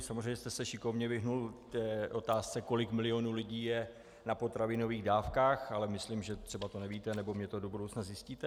Samozřejmě jste se šikovně vyhnul otázce, kolik milionů lidí je na potravinových dávkách, ale myslím, že třeba to nevíte nebo mně to do budoucna zjistíte.